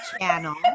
channel